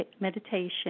meditation